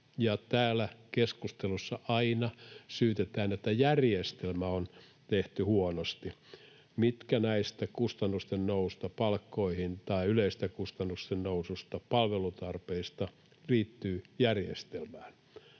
täällä keskustelussa aina syytetään, että järjestelmä on tehty huonosti. Mitkä näistä kustannusten nousuista — palkkakustannukset — tai yleisestä kustannusten noususta, palvelutarpeista liittyvät järjestelmään?